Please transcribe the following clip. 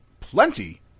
plenty